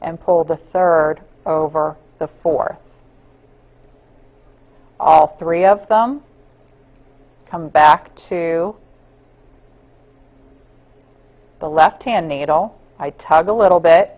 and pull the third over the fourth all three of them come back to the left hand needle tug a little bit